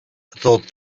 thought